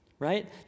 right